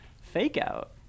fake-out